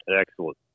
Excellent